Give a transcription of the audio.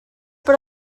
per